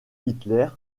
hitler